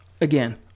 Again